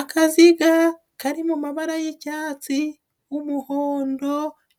Akaziga kari mu mabara y'icyatsi, umuhondo